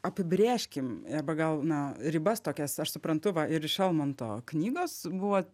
apibrėžkim arba gal na ribas tokias aš suprantu va ir iš almanto knygos buvo